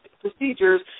procedures